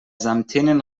samtenen